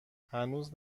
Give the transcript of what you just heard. هنوز